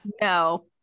no